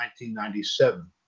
1997